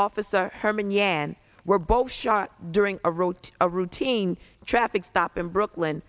officer herman yan were both shot during a wrote a routine traffic stop in brooklyn